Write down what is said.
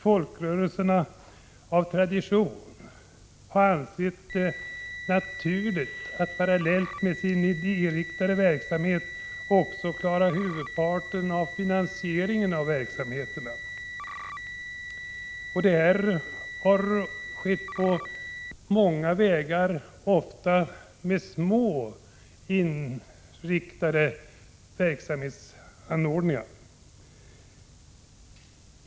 Folkrörelserna har av tradition ansett det naturligt att, parallellt med sin ideellt inriktade verksamhet, också klara huvudparten av finansieringen av denna verksamhet. Detta har skett på många vägar, ofta med ganska enkla, specialinriktade anordningar.